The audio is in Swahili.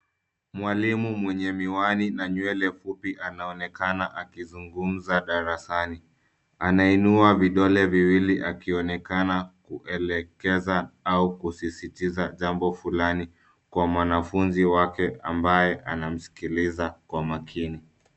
Mwalimu mwenye miwani na nywele fupi anaonekana akizungumza darasani. Anainua vidole viwili akionekana kuelekeza au kusisitiza jambo fulani kwa mwanafunzi wake ambaye anamsikiliza kwa makini.